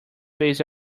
based